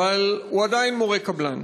אבל הוא עדיין מורה קבלן.